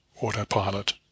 Autopilot